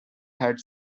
had